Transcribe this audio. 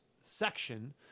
section